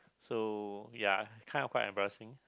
so ya kind of quite embarrassing